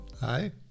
Hi